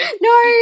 No